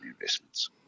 investments